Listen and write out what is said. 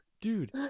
Dude